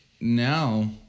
now